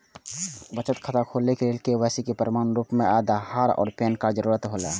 बचत खाता खोले के लेल के.वाइ.सी के प्रमाण के रूप में आधार और पैन कार्ड के जरूरत हौला